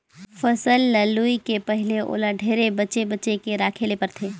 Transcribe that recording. फसल ल लूए के पहिले ओला ढेरे बचे बचे के राखे ले परथे